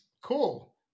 cool